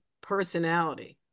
personality